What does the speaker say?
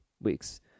weeks